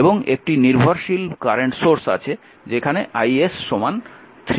এবং একটি নির্ভরশীল কারেন্ট সোর্স আছে যেখানে ix 3 is